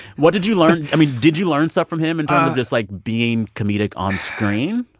what did you learn? i mean, did you learn stuff from him in terms of just, like, being comedic on screen?